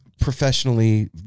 professionally